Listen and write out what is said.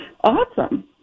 Awesome